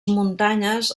muntanyes